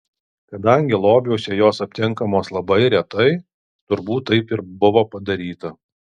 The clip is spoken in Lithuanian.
kadangi lobiuose jos aptinkamos labai retai turbūt taip ir buvo padaryta